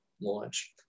launch